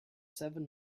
seven